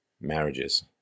marriages